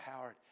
Howard